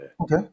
Okay